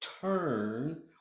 turn